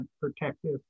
protective